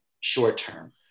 short-term